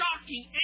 shocking